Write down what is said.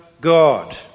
God